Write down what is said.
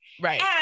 right